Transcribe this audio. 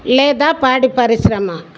లేదా పాడి పరిశ్రమ